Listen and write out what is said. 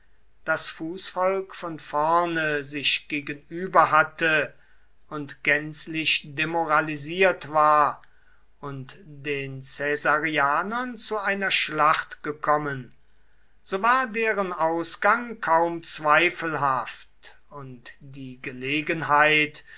das fußvolk von vorne sich gegenüber hatte und gänzlich demoralisiert war und den caesarianern zu einer schlacht gekommen so war deren ausgang kaum zweifelhaft und die gelegenheit